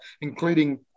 including